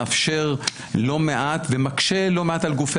מאפשר לא מעט ומקשה לא מעט על גופי